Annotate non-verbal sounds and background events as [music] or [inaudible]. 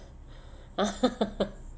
[laughs]